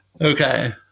Okay